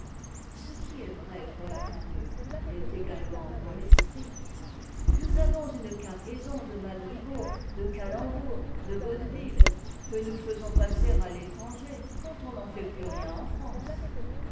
ce qui est vrai pour la parure l'est également pour l'esprit nous avons une cargaison de madrigaux de calembours de vaudevilles que nous faisons passer à l'étranger quand on n'en fait plus rien en france